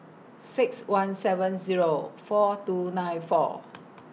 six one seven Zero four two nine four